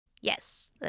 Yes